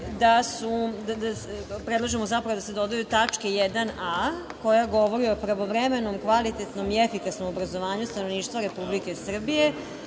predlažemo da se doda tačka 1a, koja govori o pravovremenom, kvalitetnom i efikasnom obrazovanju stanovništva Republike Srbije